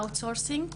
אאוסורסינג,